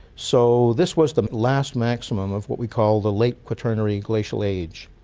so this was the last maximum of what we call the late quaternary glacial age.